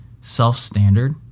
self-standard